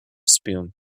spume